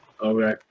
Okay